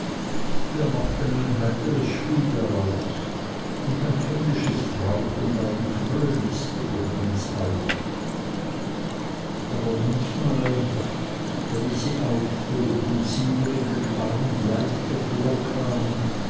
wir machten ein heiteres spiel daraus und mein kindisches frauchen war die fröhlichste von uns allen aber manchmal wenn ich sie aufhob und sie mir in den armen leichter vorkam